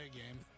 game